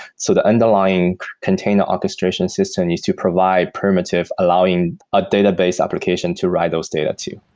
so the underlying container orchestration system needs to provide primitive allowing a database application to write those data to.